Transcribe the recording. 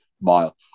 Mile